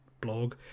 blog